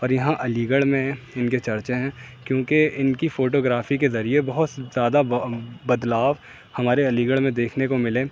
اور یہاں علی گڑھ میں ان کے چرچے ہیں کیوںکہ ان کی فوٹوگرافی کے ذریعے بہت زیادہ بدلاؤ ہمارے علی گڑھ میں دیکھنے کو ملے